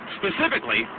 specifically